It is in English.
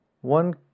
One